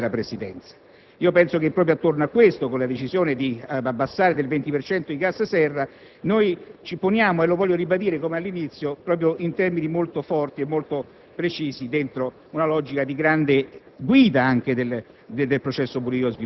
essa, in effetti, è diventata una delle priorità della Presidenza. Penso che proprio attorno a ciò, con la decisione di abbassare del 20 per cento i gas serra, noi ci poniamo, e lo voglio ribadire come all'inizio, in termini molto forti e precisi, in una logica di grande